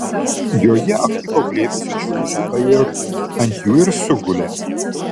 joje aptiko glėbį sudžiūvusių ajerų ant jų ir sugulė